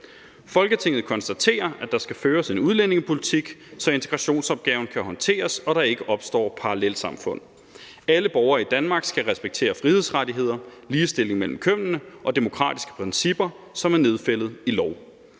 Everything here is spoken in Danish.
»Folketinget konstaterer, at der skal føres en udlændingepolitik, så integrationsopgaven kan håndteres og der ikke opstår parallelsamfund. Alle borgere i Danmark skal respektere frihedsrettigheder, ligestilling mellem kønnene og demokratiske principper, som er nedfældet i lov.